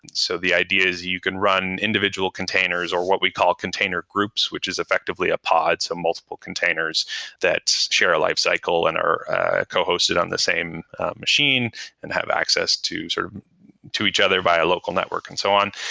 so the ideas you can run individual containers or what we call container groups, which is effectively a pods on um multiple containers that share a lifecycle and are cohosted on the same machine and have access to sort of to each other via local network and so on.